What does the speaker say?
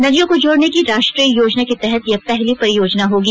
नदियों को जोड़ने की राष्ट्रीय योजना के तहत यह पहली परियोजना होगी